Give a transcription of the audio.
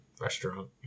restaurant